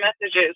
messages